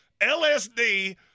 LSD